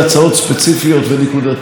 במידה ורוצים הצעה כללית כזאת,